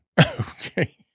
Okay